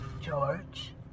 George